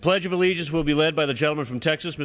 the pledge of allegiance will be led by the gentleman from texas